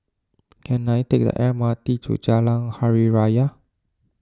can I take the M R T to Jalan Hari Raya